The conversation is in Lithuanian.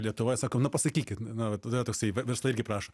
lietuvoj sakom na pasakykit na va tada toksai verslai irgi prašo